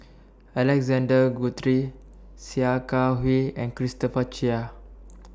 Alexander Guthrie Sia Kah Hui and Christopher Chia